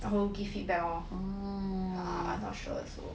然后 give feedback lor I'm not sure also